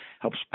helps